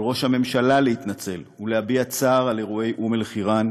על ראש הממשלה להתנצל ולהביע צער על אירועי אום-אלחיראן,